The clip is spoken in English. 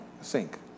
sink